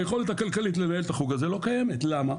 היכולת הכלכלית לנהל את החוג הזה לא קיימת למה?